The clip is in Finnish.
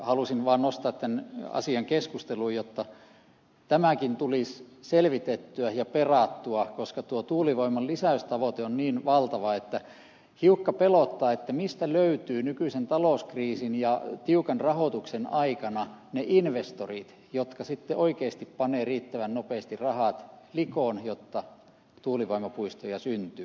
halusin vaan nostaa tämän asian keskusteluun jotta tämäkin tulisi selvitettyä ja perattua koska tuo tuulivoiman lisäystavoite on niin valtava että hiukka pelottaa mistä löytyvät nykyisen talouskriisin ja tiukan rahoituksen aikana ne investorit jotka sitten oikeasti panevat riittävän nopeasti rahat likoon jotta tuulivoimapuistoja syntyy